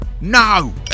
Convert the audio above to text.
No